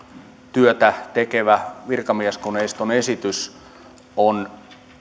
työtä tekevän virkamieskoneiston esitys on